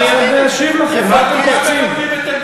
אני אשיב לכם, את עמדתך, אבל אתה מדבר בשם הממשלה.